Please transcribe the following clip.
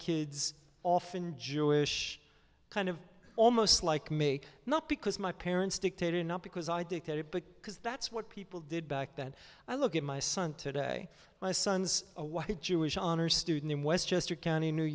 kids often jewish kind of almost like me not because my parents dictated not because i did but because that's what people did back then i look at my son today my son's a white jewish honor student in westchester county new